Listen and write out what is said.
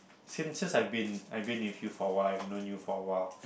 since since I've been I've been with you for awhile I've known you for awhile